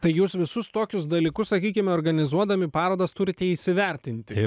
tai jūs visus tokius dalykus sakykim organizuodami parodas turite įsivertinti